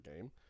game